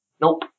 nope